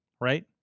right